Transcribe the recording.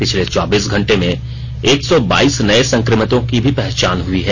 पिछले चौबीस घंटे में एक सौ बाईस नए संक्रमितों की भी पहचान हुई है